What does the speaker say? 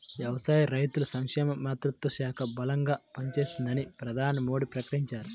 వ్యవసాయ, రైతుల సంక్షేమ మంత్రిత్వ శాఖ బలంగా పనిచేస్తుందని ప్రధాని మోడీ ప్రకటించారు